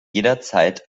jederzeit